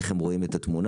איך הם רואים את התמונה.